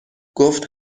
گفت